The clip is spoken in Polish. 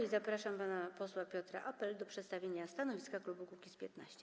I zapraszam pana posła Piotra Apela do przedstawienia stanowiska klubu Kukiz’15.